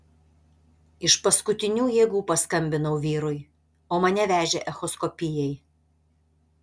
iš paskutinių jėgų paskambinau vyrui o mane vežė echoskopijai